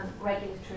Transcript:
regulatory